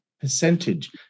percentage